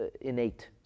innate